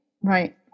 Right